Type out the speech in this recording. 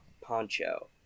Poncho